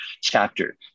chapter